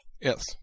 Yes